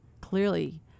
clearly